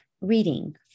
reading